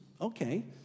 okay